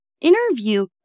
interview